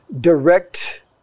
direct